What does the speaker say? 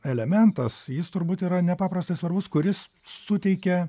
elementas jis turbūt yra nepaprastai svarbus kuris suteikia